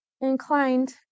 inclined